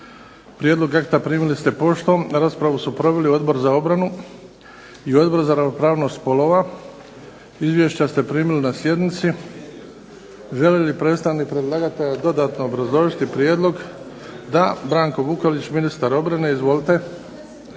Prijedlog akta primili ste poštom, raspravu su proveli Odbor za obranu i Odbor za ravnopravnost spolova. Izvješća ste primili na sjednici. Želi li predstavnik predlagatelja dodatno obrazložiti prijedlog? Da. Branko Vukelić, ministar obrane. **Kajin,